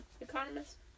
Economist